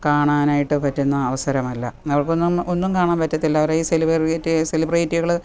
കാണാനായിട്ട് പറ്റുന്ന അവസരമല്ല അവർക്കൊന്നും ഒന്നും കാണാന് പറ്റത്തില്ല അവറേ സെലിബെറായേറ്റി സെലിബ്രെറ്റികള്